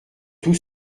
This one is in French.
tout